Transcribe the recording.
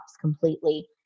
completely